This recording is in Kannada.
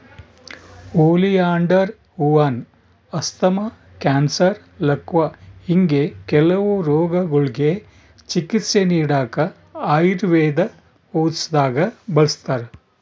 ಓಲಿಯಾಂಡರ್ ಹೂವಾನ ಅಸ್ತಮಾ, ಕ್ಯಾನ್ಸರ್, ಲಕ್ವಾ ಹಿಂಗೆ ಕೆಲವು ರೋಗಗುಳ್ಗೆ ಚಿಕಿತ್ಸೆ ನೀಡಾಕ ಆಯುರ್ವೇದ ಔಷದ್ದಾಗ ಬಳುಸ್ತಾರ